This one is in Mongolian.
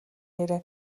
яриа